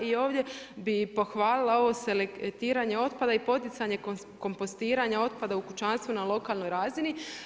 I ovdje bih pohvalila ovo selektiranje otpada i poticanje kompostiranja otpada u kućanstvu na lokalnoj razini.